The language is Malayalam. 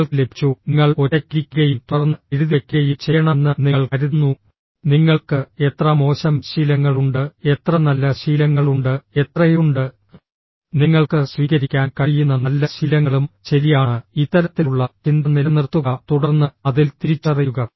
നിങ്ങൾക്ക് ലഭിച്ചു നിങ്ങൾ ഒറ്റയ്ക്ക് ഇരിക്കുകയും തുടർന്ന് എഴുതിവയ്ക്കുകയും ചെയ്യണമെന്ന് നിങ്ങൾ കരുതുന്നു നിങ്ങൾക്ക് എത്ര മോശം ശീലങ്ങളുണ്ട് എത്ര നല്ല ശീലങ്ങളുണ്ട് എത്രയുണ്ട് നിങ്ങൾക്ക് സ്വീകരിക്കാൻ കഴിയുന്ന നല്ല ശീലങ്ങളും ശരിയാണ് ഇത്തരത്തിലുള്ള ചിന്ത നിലനിർത്തുക തുടർന്ന് അതിൽ തിരിച്ചറിയുക